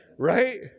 Right